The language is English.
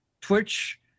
Twitch